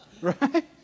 right